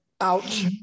Ouch